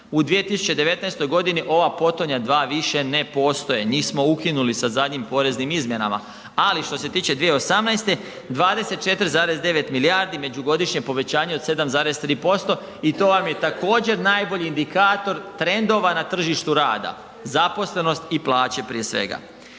U 2019.g. ova potonja dva više ne postoje, njih smo ukinuli sa zadnjim poreznim izmjenama, ali što se tiče 2018. 24,9 milijardi međugodišnje povećanje od 7,3% i to vam je također najbolji indikator trendova na tržištu rada, zaposlenost i plaće prije svega.